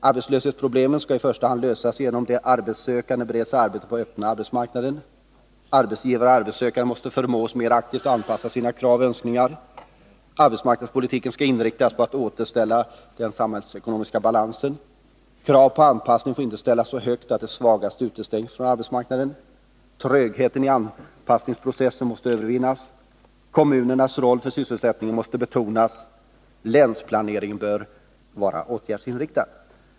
Arbetslöshetsproblemen skall i första hand lösas genom att den arbetssökande bereds arbete på den öppna arbetsmarknaden. Arbetsgivare och arbetssökande måste förmås att mera aktivt anpassa sina krav och önskningar. Arbetsmarknadspolitiken skall inriktas på att återställa den samhällsekonomiska balansen. Krav på anpassning får inte ställas så högt att de svagaste utestängs från arbetsmarknaden. Trögheten i anpassningsprocessen måste övervinnas. Kommunernas roll för sysselsättningen måste betonas. Länsplaneringen bör vara åtgärdsinriktad.